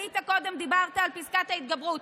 עלית קודם ודיברת על פסקת ההתגברות.